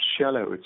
shallow